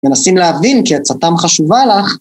מנסים להבין כי עצתם חשובה לך.